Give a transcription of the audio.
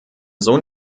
sohn